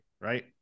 right